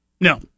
No